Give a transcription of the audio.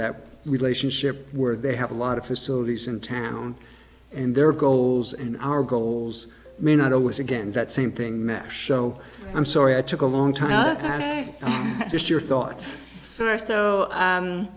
that relationship where they have a lot of facilities in town and their goals and our goals may not always again that same thing show i'm sorry i took a long time just your thought